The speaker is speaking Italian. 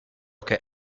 che